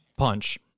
punch